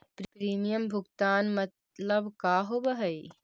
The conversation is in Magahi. प्रीमियम भुगतान मतलब का होव हइ?